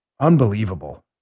Unbelievable